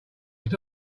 it’s